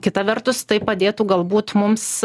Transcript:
kita vertus tai padėtų galbūt mums